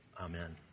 amen